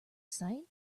sight